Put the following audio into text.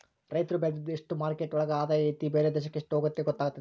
ರೈತ್ರು ಬೆಳ್ದಿದ್ದು ಎಷ್ಟು ಮಾರ್ಕೆಟ್ ಒಳಗ ಆದಾಯ ಐತಿ ಬೇರೆ ದೇಶಕ್ ಎಷ್ಟ್ ಹೋಗುತ್ತೆ ಗೊತ್ತಾತತೆ